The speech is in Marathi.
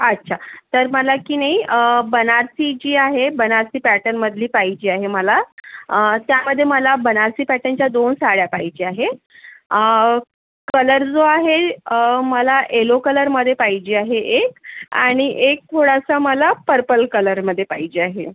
अच्छा तर मला की नाही बनारसी जी आहे बनारसी पॅटर्नमधली पाहिजे आहे मला त्यामध्ये मला बनारसी पॅटर्नच्या दोन साड्या पाहिजे आहे कलर जो आहे मला एलो कलरमधे पाहिजे आहे एक आणि एक थोडासा मला पर्पल कलरमध्ये पाहिजे आहे